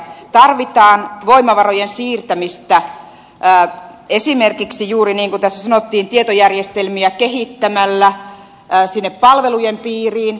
tarvitaan voimavarojen siirtämistä esimerkiksi juuri niin kuin tässä sanottiin tietojärjestelmiä kehittämällä sinne palvelujen piiriin